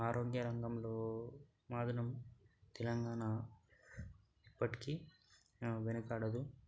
ఆరోగ్య రంగంలో మాత్రం తెలంగాణ ఇప్పటికీ వెనుకాడదు